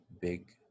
big